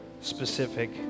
specific